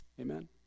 Amen